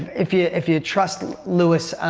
if you if you trust lewis,